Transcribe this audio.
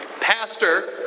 Pastor